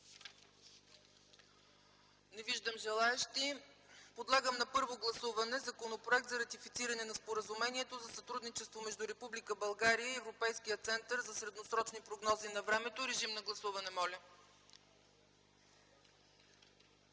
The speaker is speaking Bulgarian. Не виждам желаещи. Подлагам на първо гласуване Законопроект за ратифициране на Споразумението за сътрудничество между Република България и Европейския център за средносрочни прогнози на времето. Гласували